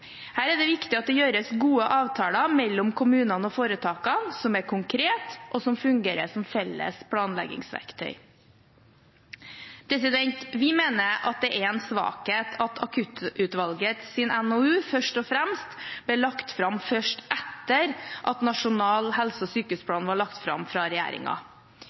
Her er det viktig at det gjøres gode avtaler mellom kommunene og foretakene, som er konkrete, og som fungerer som felles planleggingsverktøy. Vi mener at det er en svakhet at Akuttutvalgets NOU, Først og fremst, ble lagt fram først etter at Nasjonal helse- og sykehusplan ble lagt fram fra